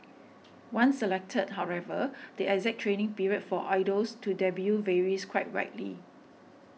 once selected however the exact training period for idols to debut varies quite widely